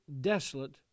desolate